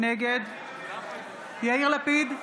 נגד יאיר לפיד,